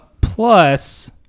plus